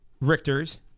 Richter's